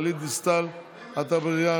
גלית דיסטל אטבריאן,